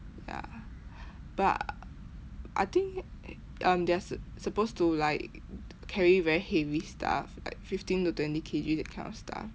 ya but I think um they are su~ supposed to like carry very heavy stuff like fifteen to twenty K_G that kind of stuff